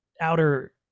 outer